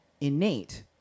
innate